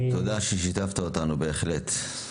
תודה ששיתפת אותנו בהחלט.